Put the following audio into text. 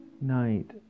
night